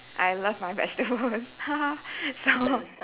I love my vegetables so